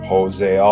Jose